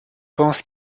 pense